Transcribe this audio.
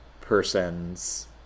person's